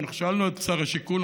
ואנחנו שאלנו את שר השיכון,